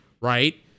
right